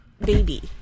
baby